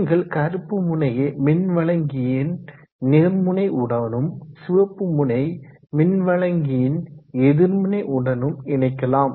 நீங்கள் கறுப்பு முனையை மின்வழங்கியின் நேர்முனை உடனும் சிவப்பு முனை மின்வழங்கியின் எதிர்முனை உடனும் இணைக்கலாம்